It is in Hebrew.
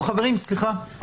חברים, סליחה.